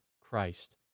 Christ